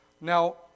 Now